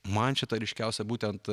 man šita ryškiausia būtent